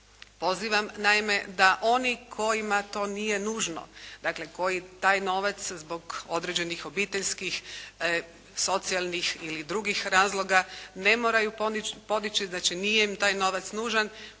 Pozivam naime da oni kojima to nije nužno, dakle koji taj novac zbog određenih obiteljskih, socijalnih ili drugih razloga ne moraju podići, znači nije im taj novac nužan,